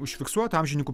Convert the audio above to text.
užfiksuota amžininkų